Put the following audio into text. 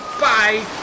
Bye